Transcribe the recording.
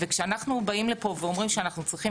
כשאנחנו באים לפה ואומרים שאנחנו צריכים